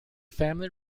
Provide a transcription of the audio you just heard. family